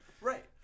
Right